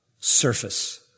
surface